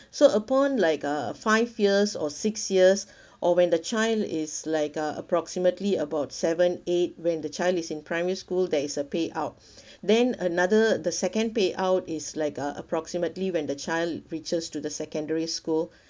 so upon like uh five years or six years or when the child is like uh approximately about seven eight when the child is in primary school there is a payout then another the second payout is like uh approximately when the child reaches to the secondary school